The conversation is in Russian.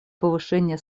повышения